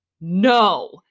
No